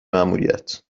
ماموریت